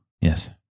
yes